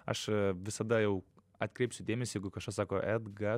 aš visada jau atkreipsiu dėmesį jeigu kažkas sako edga